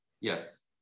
yes